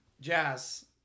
Jazz